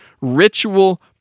ritual